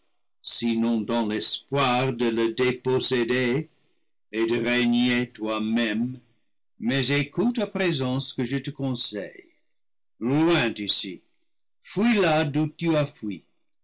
sinon dans l'espoir de le déposséder et de régner toi même mais écoute à présent ce que je te conseille loin d'ici fuis là d'où tu as fui